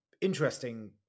Interesting